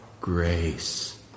grace